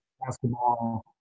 basketball